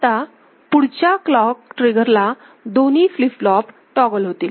आता पुढच्या क्लॉक ट्रिगरला दोन्ही फ्लिप फ्लॉप टॉगल होतील